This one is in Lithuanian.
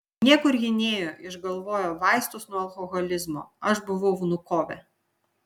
niekur ji nėjo išgalvojo vaistus nuo alkoholizmo aš buvau vnukove